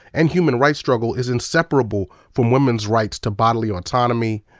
and human rights struggle, is inseparable from women's rights to bodily autonomy,